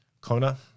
Kona